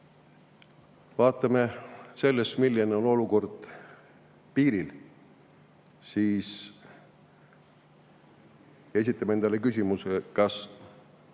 Vaatame nüüd, milline on olukord piiril, ja esitame endale küsimuse, kas